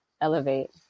elevate